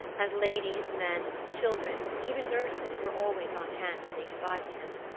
and ladies, men, children, even nurses, were always on hand to say goodby to him.